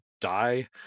die